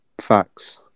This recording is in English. facts